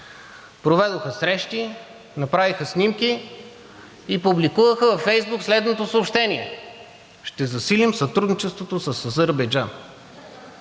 Проведоха срещи, направиха снимки и публикуваха във Фейсбук следното съобщение: „Ще засилим сътрудничеството с Азербайджан.“